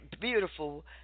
beautiful